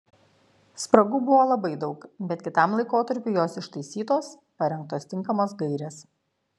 spragų buvo labai daug bet kitam laikotarpiui jos ištaisytos parengtos tinkamos gairės